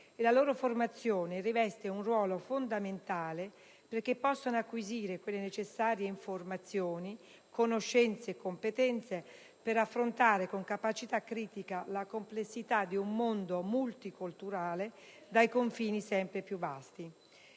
la loro formazione riveste un ruolo fondamentale perché possano acquisire quelle necessarie informazioni, conoscenze e competenze per affrontare, con capacità critica, la complessità di un mondo multiculturale, dai confini sempre più vasti.